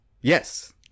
Yes